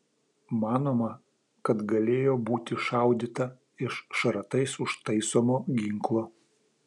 manoma kad galėjo būti šaudyta iš šratais užtaisomo ginklo